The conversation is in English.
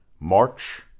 March